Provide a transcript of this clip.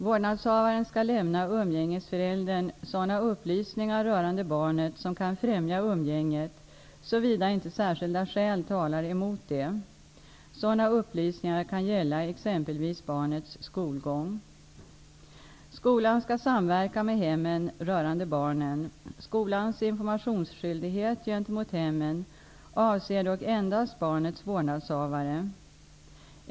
Vårdnadshavaren skall lämna umgängesföräldern sådana upplysningar rörande barnet som kan främja umgänget, såvida inte särskilda skäl talar emot det. Sådana upplysningar kan gälla exempelvis barnets skolgång. Skolan skall samverka med hemmen rörande barnen. Skolans informationsskyldighet gentemot hemmen avser dock endast barnets vårdnadshavare.